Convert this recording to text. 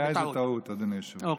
לא, הייתה איזו טעות, אדוני היושב-ראש.